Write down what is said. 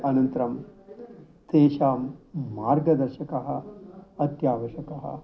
अनन्तरं तेषां मार्गदर्शकः अत्यावश्यकः